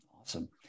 Awesome